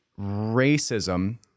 racism